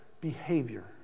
behavior